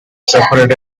separate